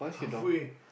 halfway